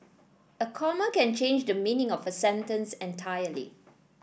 a comma can change the meaning of a sentence entirely